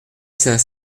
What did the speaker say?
cinq